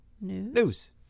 news